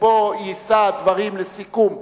שבו יישא דברים לסיכום,